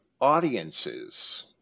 audiences